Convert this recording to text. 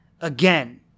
Again